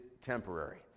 temporary